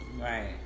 Right